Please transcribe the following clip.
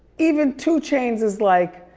even two chainz is like